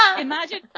Imagine